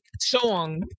song